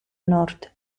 nord